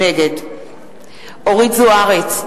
נגד אורית זוארץ,